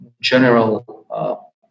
general